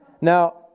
Now